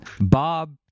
Bob